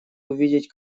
увидеть